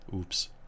oops